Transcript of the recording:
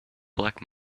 black